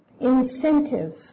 incentive